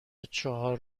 چهار